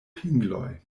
pingloj